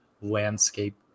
landscape